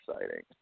exciting